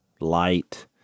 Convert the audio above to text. light